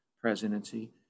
presidency